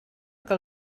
que